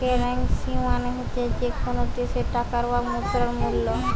currency মানে হতিছে যে কোনো দ্যাশের টাকার বা মুদ্রার মূল্য